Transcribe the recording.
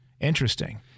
Interesting